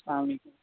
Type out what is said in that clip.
اسلامُ علیکم